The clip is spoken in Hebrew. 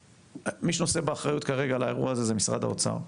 מי שנושא באחריות כרגע לאירוע הזה, זה משרד האוצר.